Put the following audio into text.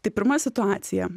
tai pirma situacija